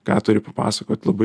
ką turi papasakot labai